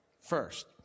first